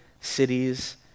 cities